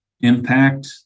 impact